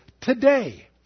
today